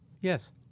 Yes